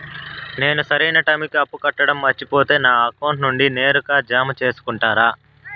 నేను సరైన టైముకి అప్పు కట్టడం మర్చిపోతే నా అకౌంట్ నుండి నేరుగా జామ సేసుకుంటారా?